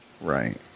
Right